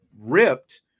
ripped